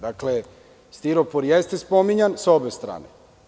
Dakle, stiropor jeste spominjan sa obe strane.